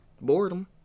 Boredom